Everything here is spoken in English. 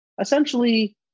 essentially